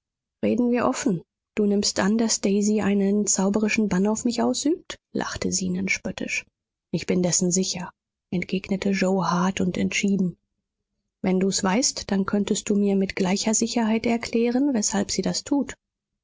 reden wir offen du nimmst an daß daisy einen zauberischen bann auf mich ausübt lachte zenon spöttisch ich bin dessen sicher entgegnete yoe hart und entschieden wenn du's weißt dann könntest du mir mit gleicher sicherheit erklären weshalb sie das tut